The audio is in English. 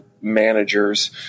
managers